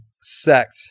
sect